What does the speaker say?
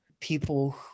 people